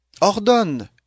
Ordonne